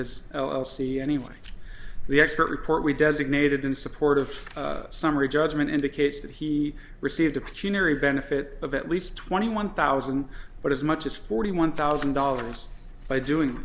his l l c anyway the expert report we designated in support of summary judgment indicates that he received the benefit of at least twenty one thousand but as much as forty one thousand dollars by doing